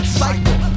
cycle